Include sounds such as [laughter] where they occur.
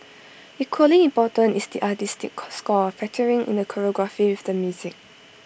equally important is the artistic [unintelligible] score factoring in the choreography with the music